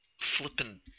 flippin